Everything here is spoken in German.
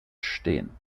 stehen